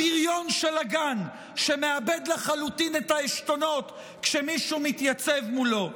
הבריון של הגן שמאבד לחלוטין את העשתונות כשמישהו מתייצב מולו.